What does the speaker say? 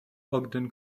ogden